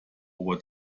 over